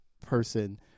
person